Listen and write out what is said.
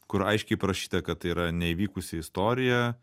kur aiškiai parašyta kad tai yra neįvykusi istorija